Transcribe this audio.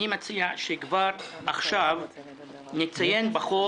אני מציע שכבר עכשיו נציין בחוק